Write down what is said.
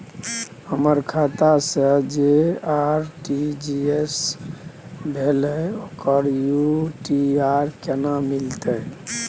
हमर खाता से जे आर.टी.जी एस भेलै ओकर यू.टी.आर केना मिलतै?